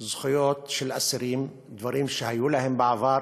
זכויות של אסירים, דברים שהיו להם בעבר,